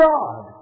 God